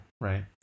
Right